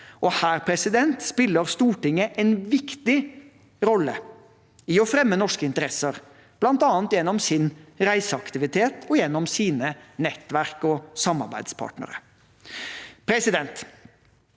Her spiller Stortinget en viktig rolle i å fremme norske interesser, bl.a. gjennom sin reiseaktivitet og gjennom sine nettverk og samarbeidspartnere. Jeg